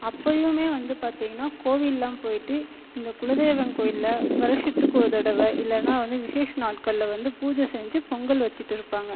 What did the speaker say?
அப்போயுமே வந்து பார்த்தீங்கன்னா கோவில்லாம் போயிட்டு இந்தக் குலதெய்வம் கோவிலை வருஷத்துக்கு ஒரு தடவை இல்லைனா வந்து விசேஷ நாட்களில் வந்து பூஜை செஞ்சு பொங்கல் வச்சுட்டிருப்பாங்க